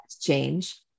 change